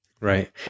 right